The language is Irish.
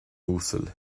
uasail